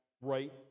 right